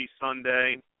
Sunday